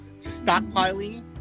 Stockpiling